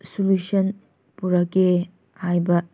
solution ꯄꯨꯔꯛꯀꯦ ꯍꯥꯏꯕ